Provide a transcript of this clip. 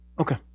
Okay